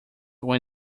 when